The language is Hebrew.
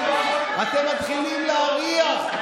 נו, נו, נו.